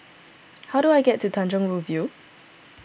how do I get to Tanjong Rhu View